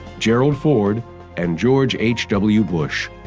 gerald ford and george h w. bush.